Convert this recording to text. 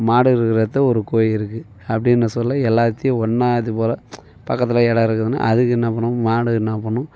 மாடு இருக்கிற எடத்ல ஒரு கோழி இருக்குது அப்டின்னும் சொல்ல எல்லாத்தையும் ஒன்னாக இது போல் பக்கத்தில் இடம் இருக்குதுன்னு அதுக்கு என்ன பண்ணணும் மாட்ட என்ன பண்ணணும்